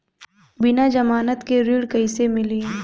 बिना जमानत के ऋण कईसे मिली?